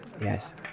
Yes